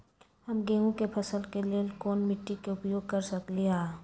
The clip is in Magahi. हम गेंहू के फसल के लेल कोन मिट्टी के उपयोग कर सकली ह?